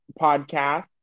Podcast